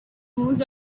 moves